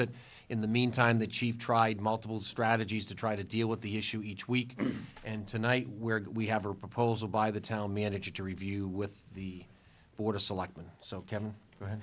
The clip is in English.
it in the meantime the chief tried multiple strategies to try to deal with the issue each week and tonight where we have a proposal by the town manager to review with the board of selectmen so kevin r